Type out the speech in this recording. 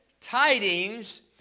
tidings